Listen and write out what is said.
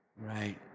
Right